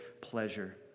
pleasure